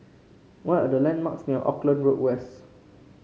what are the landmarks near Auckland Road West